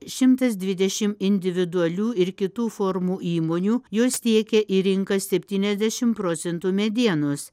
šimtas dvidešim individualių ir kitų formų įmonių jos tiekia į rinką septyniasdešim procentų medienos